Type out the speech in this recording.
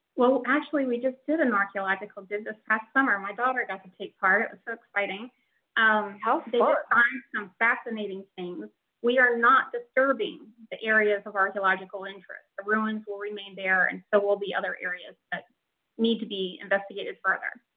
well, actually we just did an archeological did this past summer my daughter got to take part of so exciting um healthy um fascinating things we are not disturbing the areas of archaeological interest the ruins will remain there and so will be other areas that need to be investigated further